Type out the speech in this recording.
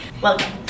Welcome